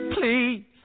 Please